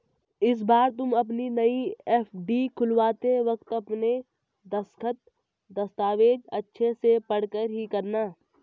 इस बार तुम अपनी नई एफ.डी खुलवाते वक्त अपने दस्तखत, दस्तावेज़ अच्छे से पढ़कर ही करना